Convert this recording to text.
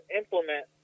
implement